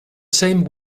same